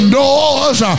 doors